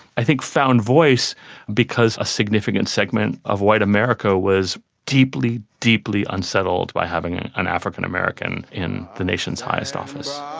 i think found voice because a significant segment of white america was deeply, deeply unsettled by having an african american in the nation's highest office.